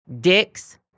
dicks